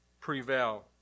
prevail